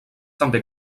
també